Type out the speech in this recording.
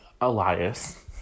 Elias